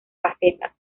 facetas